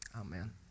Amen